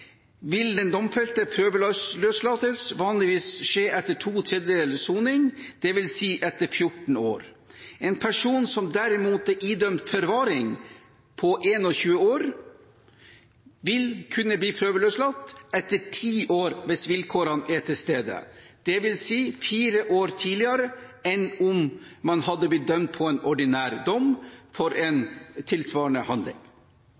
vanligvis skje etter to tredjedels soning, dvs. etter 14 år. En person som derimot er idømt forvaring på 21 år, vil kunne bli prøveløslatt etter 10 år hvis vilkårene er til stede, dvs. fire år tidligere enn om man hadde blitt dømt på en ordinær dom for en tilsvarende handling.